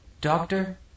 Doctor